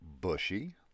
Bushy